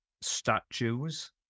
statues